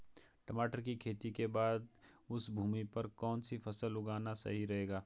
टमाटर की खेती के बाद उस भूमि पर कौन सी फसल उगाना सही रहेगा?